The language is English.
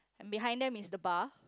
behind them is the bar